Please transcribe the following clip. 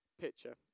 picture